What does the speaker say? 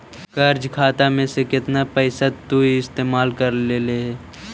कर्ज खाता में से केतना पैसा तु इस्तेमाल कर लेले हे